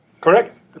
Correct